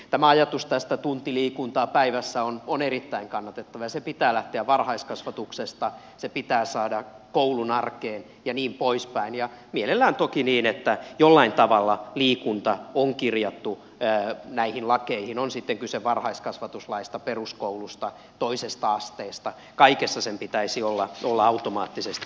tämä ajatus tästä tunti liikuntaa päivässä on erittäin kannatettava ja sen pitää lähteä varhaiskasvatuksesta se pitää saada koulun arkeen ja niin poispäin ja mielellään toki niin että jollain tavalla liikunta on kirjattu näihin lakeihin on sitten kyse varhaiskasvatuslaista peruskoulusta toisesta asteesta kaikessa sen pitäisi olla automaattisesti mukana